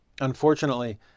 Unfortunately